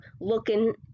looking